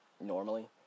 normally